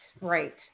Right